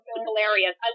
hilarious